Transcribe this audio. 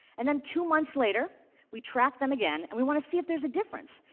and then two months later we track them again, and we want to see if there's a difference.